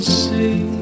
see